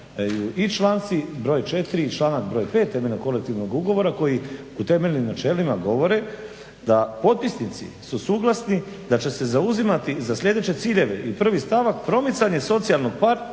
i članci br. 4. i članak br. 5 temeljnog kolektivnog ugovora koji u temeljnim načelima govore da potpisnici su suglasni da će se zauzimati za sljedeće ciljeve i 1. stavak promicanje socijalnog partnerstva